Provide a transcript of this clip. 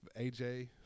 AJ